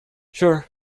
sure